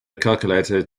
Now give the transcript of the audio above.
calculator